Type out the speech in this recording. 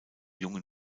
jungen